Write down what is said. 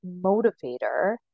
motivator